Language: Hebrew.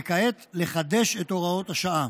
וכעת לחדש את הוראות השעה.